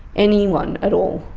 anyone at all,